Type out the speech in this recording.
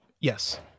Yes